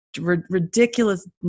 Ridiculous